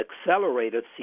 accelerated